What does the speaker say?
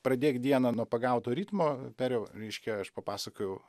pradėk dieną nuo pagauto ritmo perio reiškia aš papasakojau